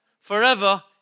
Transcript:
forever